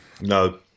No